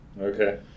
Okay